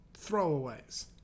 throwaways